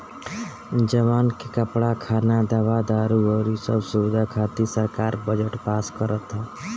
जवान के कपड़ा, खाना, दवा दारु अउरी सब सुबिधा खातिर सरकार बजट पास करत ह